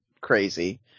crazy